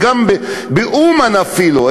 ובאומן אפילו,